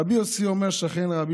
רבי יוסי אומר, שכן רע.